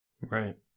Right